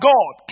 God